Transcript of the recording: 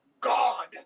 god